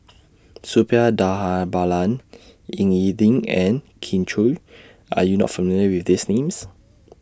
Suppiah Dhanabalan Ying E Ding and Kin Chui Are YOU not familiar with These Names